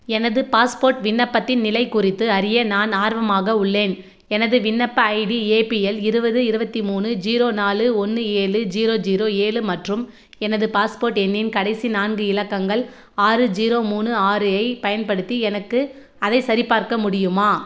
எனது பாஸ்போர்ட் விண்ணப்பத்தின் நிலை குறித்து அறிய நான் ஆர்வமாக உள்ளேன் எனது விண்ணப்ப ஐடி ஏபிஎல் இருபது இருபத்தி மூணு ஜீரோ நாலு ஒன்று ஏழு ஜீரோ ஜீரோ ஏழு மற்றும் எனது பாஸ்போர்ட் எண்ணின் கடைசி நான்கு இலக்கங்கள் ஆறு ஜீரோ மூணு ஆறு பயன்படுத்தி எனக்கு அதை சரிபார்க்க முடியுமா